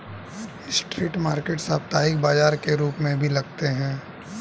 street market साप्ताहिक बाजार के रूप में भी लगते हैं